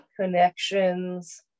connections